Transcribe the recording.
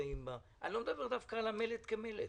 אם הייתי יודע שזה המהלך שהולך להיות,